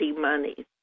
money